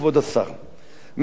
כבוד השר,